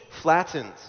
flattened